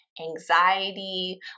anxiety